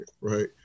right